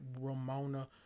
Ramona